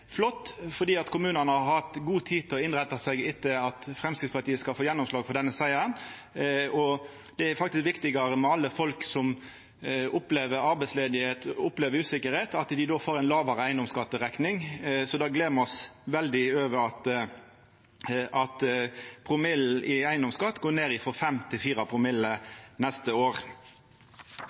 flott, for kommunane har då god tid til å innretta seg etter at Framstegspartiet får gjennomslag og opplever denne sigeren. Det er faktisk viktigare at alle folka som opplever arbeidsløyse og usikkerheit, får ei lågare eigedomsskatterekning. Me gler oss veldig over at eigedomsskatten går ned frå 5 promille til 4 promille neste år.